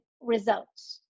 results